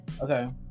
Okay